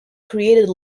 created